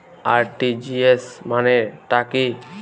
RTGS মানে টা কি?